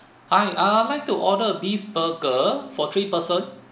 hi ah I like to order beef burger for three person